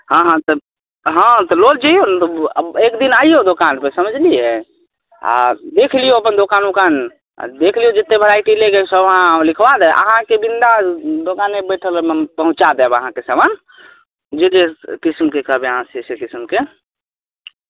की कहलियै आवाज नहि अबैया अहाँके हँ तऽ पटनामे तऽ गोलघर छै चिड़ियाँघर छै अगर पटना घुमय लए चाहै छी तऽ पटना